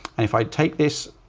and if i take this